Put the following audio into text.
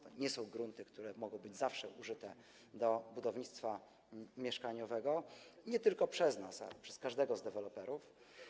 To nie są grunty, które mogą być zawsze użyte do budownictwa mieszkaniowego nie tylko przez nas, ale przez każdego z deweloperów.